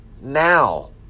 now